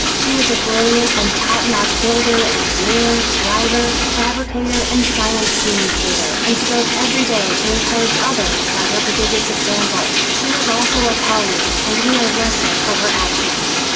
she was a brilliant and top notch builder, engineer, driver, fabricator, and science communicator, and strove everyday to encourage others by her prodigious example. she was also a colleague, and we are lesser for her absence.